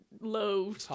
low